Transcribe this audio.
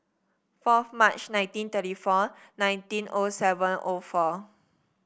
fourth March nineteen thirty four nineteen O seven O four